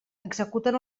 executen